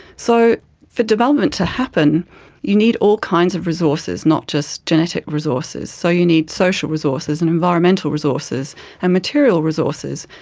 so for development to happen you need all kinds of resources, not just genetic resources. so you need social resources and environmental resources and material resources.